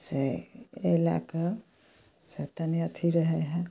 से एहि लैकऽ से तनि अथी रहै हइ